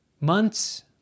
months